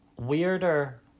Weirder